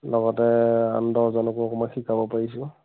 লগতে আন দহজনকো মই শিকাব পাৰিছোঁ